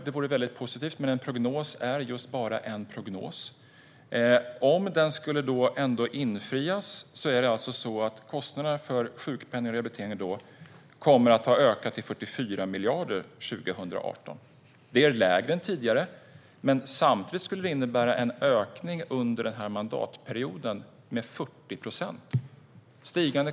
Det vore positivt, men en prognos är just bara en prognos. Om prognosen ändå skulle visa sig stämma kommer kostnaderna för sjukpenning och rehabilitering alltså att ha ökat till 44 miljarder 2018. Det är lägre än tidigare. Men det skulle samtidigt innebära stigande kostnader under den här mandatperioden med 40 procent.